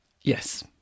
Yes